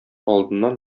алдыннан